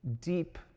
deep